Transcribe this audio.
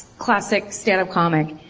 classic standup comic.